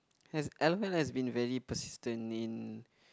has l_o_l has been very persistent in